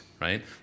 right